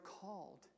called